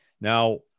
Now